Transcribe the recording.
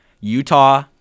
Utah